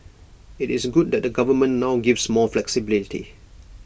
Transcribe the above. IT is good that the government now gives more flexibility